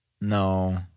No